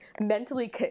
Mentally